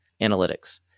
analytics